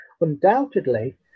undoubtedly